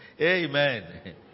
Amen